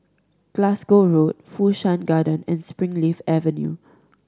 Glasgow Road Fu Shan Garden and Springleaf Avenue